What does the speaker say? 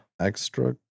Extra